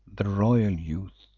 the royal youth.